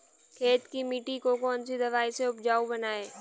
खेत की मिटी को कौन सी दवाई से उपजाऊ बनायें?